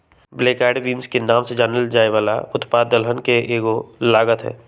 black eyed beans के नाम से जानल जाये वाला उत्पाद दलहन के एगो लागत हई